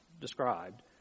described